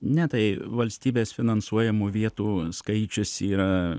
ne tai valstybės finansuojamų vietų skaičius yra